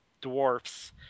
dwarfs